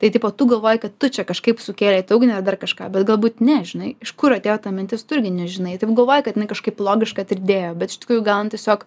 tai tipo tu galvoji kad tu čia kažkaip sukėlei tą ugnį ar dar kažką bet galbūt ne žinai iš kur atėjo ta mintis tu irgi nežinai taip galvoji kad jinai kažkaip logiška atriedėjo bet iš tikrųjų gal jinai tiesiog